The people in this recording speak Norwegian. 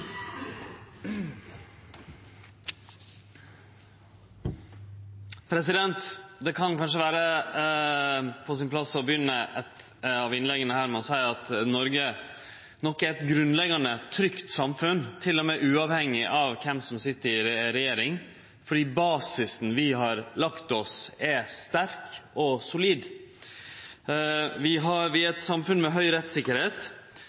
Det kan kanskje vere på sin plass å begynne eit av innlegga her med å seie at Noreg nok er eit grunnleggjande trygt samfunn, til og med uavhengig av kven som sit i regjering, fordi basisen vi har lagt, er sterk og solid. Vi